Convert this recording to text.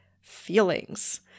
feelings